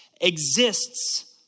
exists